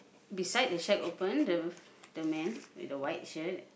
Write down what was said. beside the shack open the the man with the white shirt